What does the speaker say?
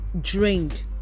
drained